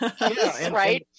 right